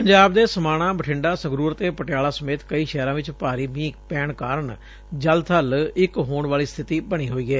ਪੰਜਾਬ ਦੇ ਸਮਾਣਾ ਬਠੰਡਾ ਸੰਗਰੂਰ ਅਤੇ ਪਟਿਆਲਾ ਸਮੇਤ ਕਈ ਸ਼ਹਿਰਾ ਚ ਭਾਰੀ ਮੀਹ ਪੈਣ ਕਾਰਨ ਜਲਬਲ ਇਕ ਹੋਣ ਵਾਲੀ ਸਬਿਤੀ ਬਣੀ ਹੋਈ ਏ